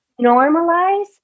normalize